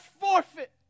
forfeit